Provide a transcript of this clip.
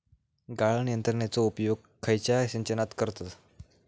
गाळण यंत्रनेचो उपयोग खयच्या सिंचनात करतत?